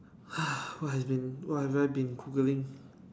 ah what have been what have I been Googling